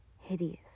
Hideous